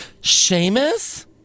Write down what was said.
Seamus